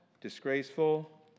disgraceful